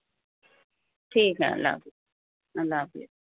ٹھیک ہے اللہ حافظ اللہ حافظ